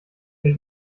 der